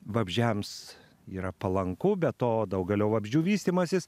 vabzdžiams yra palanku be to daugelio vabzdžių vystymasis